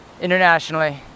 internationally